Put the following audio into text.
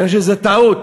אני חושב שזו טעות.